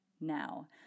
now